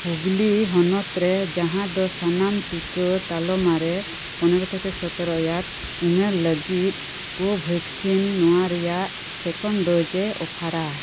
ᱦᱩᱜᱽᱞᱚ ᱦᱚᱱᱚᱛ ᱨᱮ ᱡᱟᱦᱟᱸ ᱫᱚ ᱥᱟᱱᱟᱢ ᱴᱤᱠᱟᱹ ᱛᱟᱞᱢᱟ ᱨᱮ ᱯᱚᱱᱮᱨᱚ ᱛᱷᱮᱠᱮ ᱥᱟᱛᱮᱨᱚ ᱤᱭᱟᱨᱥ ᱩᱢᱮᱨ ᱞᱟᱹᱜᱤᱫ ᱠᱚ ᱵᱷᱮᱠᱥᱤᱱ ᱱᱚᱣᱟ ᱨᱮᱭᱟᱜ ᱥᱮᱠᱮᱱᱱ ᱰᱳᱡᱽ ᱚᱯᱷᱟᱨ ᱼᱟ